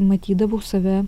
matydavau save